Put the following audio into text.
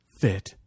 fit